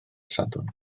sadwrn